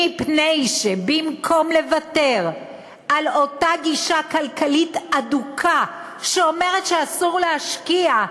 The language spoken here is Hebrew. מפני שבמקום לוותר על אותה גישה כלכלית אדוקה שאומרת שאסור להשקיע,